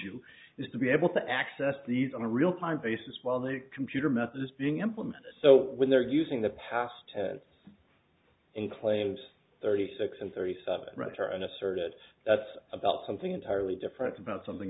you is to be able to access these on a real time basis while the computer method is being implemented so when they're using the past tense in claims thirty six and thirty seven and asserted that's about something entirely different about something